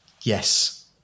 Yes